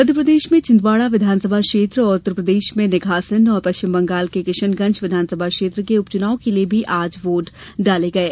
मध्यप्रदेश में छिंदवाड़ा विधानसभा क्षेत्र और उत्तर प्रदेश में निघासन और पश्चिम बंगाल के किशनगंज विधानसभा क्षेत्र के उपचुनाव के लिए भी आज वोट डाले गये